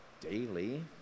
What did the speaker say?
daily